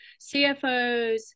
CFOs